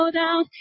down